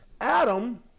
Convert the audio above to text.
Adam